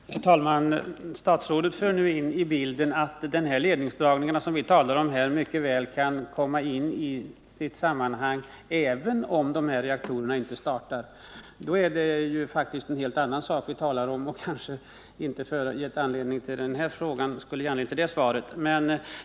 Herr talman! Statsrådet Tham för nu in i bilden att de ledningsdragningar som vi talade om mycket väl kan komma in i sitt sammanhang även om de här reaktorerna inte startas. Men då är det faktiskt en helt annan sak som vi talar om, och den skulle kanske inte ha gett anledning till just den här frågan.